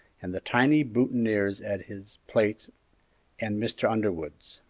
and the tiny boutonnieres at his plate and mr. underwood's.